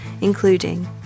including